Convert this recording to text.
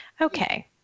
Okay